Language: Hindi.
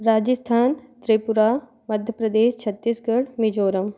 राजस्थान त्रिपुरा मध्य प्रदेश छत्तीसगढ़ मिजोरम